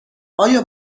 آیا